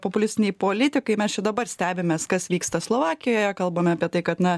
populistiniai politikai mes čia dabar stebimės kas vyksta slovakijoje kalbame apie tai kad na